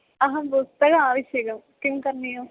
अहं पुस्तकम् आवश्यकं किं करणीयम्